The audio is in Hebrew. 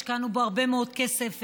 השקענו בו הרבה מאוד כסף.